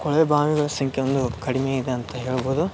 ಕೊಳವೆ ಬಾವಿಗಳ ಸಂಖ್ಯೆ ಒಂದು ಕಡಿಮೆ ಇದೆ ಅಂತ ಹೇಳ್ಬೋದು